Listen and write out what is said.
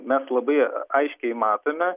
mes labai aiškiai matome